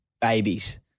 babies